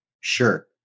Sure